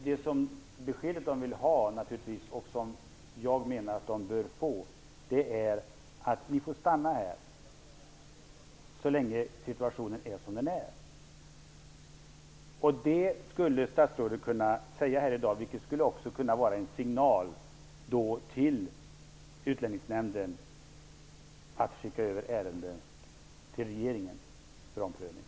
Det besked de naturligtvis vill ha, vilket jag menar att de bör få, är att de får stanna här så länge situationen är som den är. Det skulle statsrådet kunna säga här i dag. Det skulle kunna vara en signal till Utlänningsnämnden att skicka över ärenden till regeringen för omprövning.